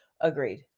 Agreed